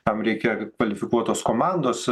tam reikia kvalifikuotos komandos